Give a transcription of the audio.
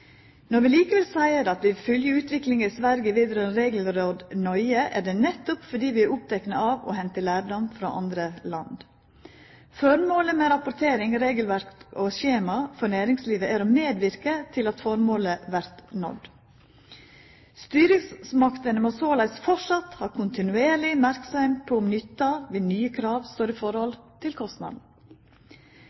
Når vi likevel seier at vi vil følgja utviklinga i Sverige vedrørande regelråd nøye, er det nettopp fordi vi er opptekne av å henta lærdom frå andre land. Rapportering, regelverk og skjema for næringslivet skal medverka til at føremålet vert nådd. Styresmaktene må såleis framleis ha kontinuerleg merksemd på om nytta ved nye krav står i forhold til kostnaden.